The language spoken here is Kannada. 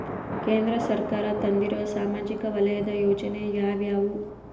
ಕೇಂದ್ರ ಸರ್ಕಾರ ತಂದಿರುವ ಸಾಮಾಜಿಕ ವಲಯದ ಯೋಜನೆ ಯಾವ್ಯಾವು?